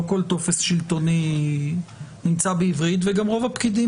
לא כל טופס שלטוני נמצא בעברית וגם רוב הפקידים